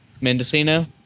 Mendocino